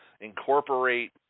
incorporate